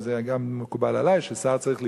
וזה גם מקובל עלי ששר צריך לדאוג,